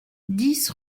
dix